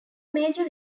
major